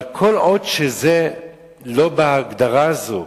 אבל כל עוד זה לא בהגדרה הזאת,